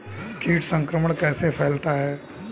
कीट संक्रमण कैसे फैलता है?